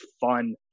fun